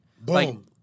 boom